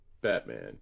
Batman